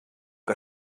que